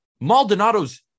Maldonado's